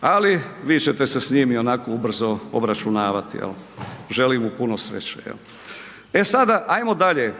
Ali vi ćete se s njim i onako ubrzo obračunavati. Želim mu puno sreće. E sada, ajmo dalje.